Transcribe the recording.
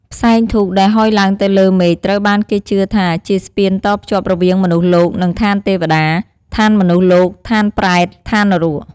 ផ្សែងធូបដែលហុយឡើងទៅលើមេឃ ត្រូវបានគេជឿថាជា ស្ពានតភ្ជាប់រវាងមនុស្សលោក នឹង ឋានទេវតា ឋានមនុស្សលោក ឋានប្រេត ឋាននរក។